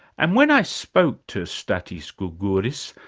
and when i spoke to stathis gourgouris,